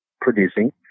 producing